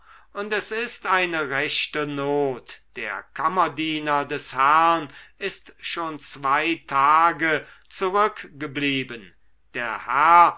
und es ist eine rechte not der kammerdiener des herrn ist schon zwei tage zurückgeblieben der herr